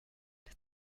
did